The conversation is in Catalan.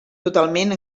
totalment